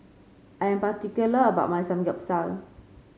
I am particular about my Samgyeopsal